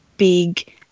big